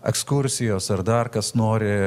ekskursijos ar dar kas nori